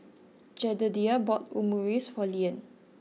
Jedediah bought Omurice for Leanne